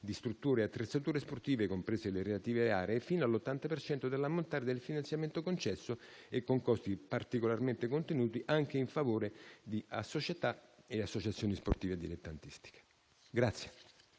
di strutture e attrezzature sportive, comprese le relative aree, fino all'80 per cento dell'ammontare del finanziamento concesso e con costi particolarmente contenuti, anche in favore di società e associazioni sportive dilettantistiche.